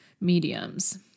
mediums